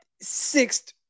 sixth